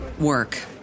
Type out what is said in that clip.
work